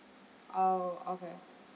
oh okay